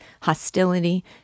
hostility